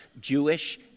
Jewish